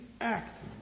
act